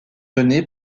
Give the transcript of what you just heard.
donnée